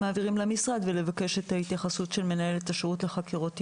מעבירים למשרד ולבקש את התייחסות מנהלת השירות לחקירות ילדים.